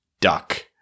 duck